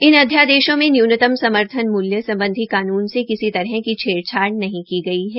इन अध्यादेशों में न्यूनतम समर्थन मूल्य सम्बधी कानून से किसी तरह की छेड़छाड़ नहीं की गई है